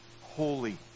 Holy